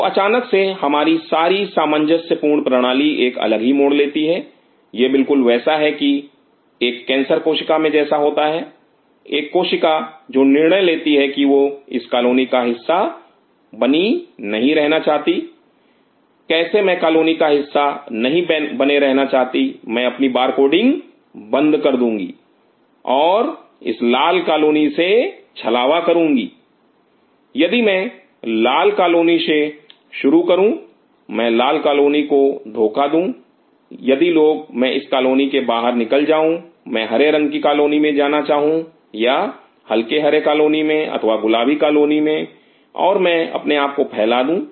तो अचानक से हमारी सारी सामंजस्य पूर्ण प्रणाली एक अलग ही मोड़ लेती है और यह बिल्कुल वैसा है जो कि एक कैंसर कोशिका में होता है एक कोशिका जो निर्णय लेती है कि वह इस कॉलोनी का हिस्सा बनी नहीं रहना चाहती कैसे मैं कॉलोनी का हिस्सा नहीं बने रहना चाहती मैं अपनी बारकोडिंग बंद कर दूंगी एवं इस लाल कॉलोनी से छलावा करूंगी यदि मैं लाल कॉलोनी से शुरू करूं मैं लाल कॉलोनी को धोखा दूं यदि लोग मैं इस कॉलोनी से बाहर निकल जाऊं मैं हरे रंग की कॉलोनी में जाना चाहूं या हल्के हरे कॉलोनी में अथवा गुलाबी कॉलोनी में और मैं अपने आप को फैला दूं